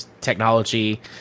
technology